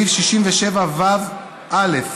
לפי סעיפים 10(א) וסעיף 67ו(א)